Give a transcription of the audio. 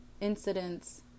incidents